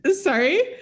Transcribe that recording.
sorry